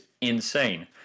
insane